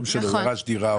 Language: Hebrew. לא משנה,